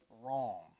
wrong